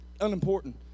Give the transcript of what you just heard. unimportant